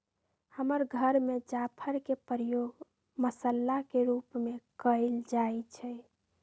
हमर घर में जाफर के प्रयोग मसल्ला के रूप में कएल जाइ छइ